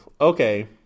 okay